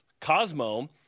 Cosmo